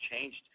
changed